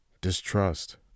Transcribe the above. distrust